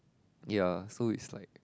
ya so it's like